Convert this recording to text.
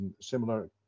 similar